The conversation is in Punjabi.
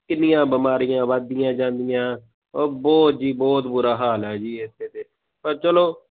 ਕਿੰਨੀਆਂ ਬਿਮਾਰੀਆਂ ਵੱਧਦੀਆਂ ਜਾਂਦੀਆਂ ਉਹ ਬਹੁਤ ਜੀ ਬਹੁਤ ਬੁਰਾ ਹਾਲ ਹੈ ਜੀ ਇੱਥੇ ਤਾਂ ਪਰ ਚਲੋ